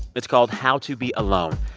it's called how to be alone.